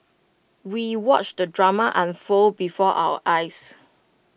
we watched the drama unfold before our eyes